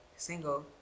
Single